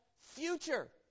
future